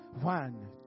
One